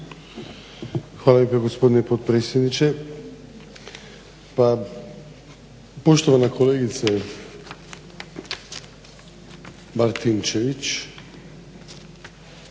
Hvala lijepa gospodine potpredsjedniče. Pa poštovana kolegice Martinčević,